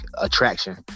attraction